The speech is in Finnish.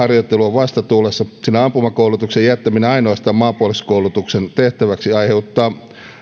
vastatuulessa sillä ampumakoulutuksen jättäminen ainoastaan maanpuolustuskoulutuksen tehtäväksi aiheuttaa reserviläisliiton ja reserviupseerien aktiiveille